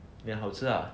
then 好吃 lah